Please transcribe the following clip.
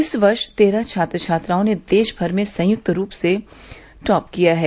इस वर्ष तेरह छात्र छात्राओं ने देशभर में संयुक्त रूप से टॉप किया है